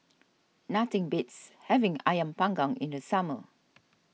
nothing beats having Ayam Panggang in the summer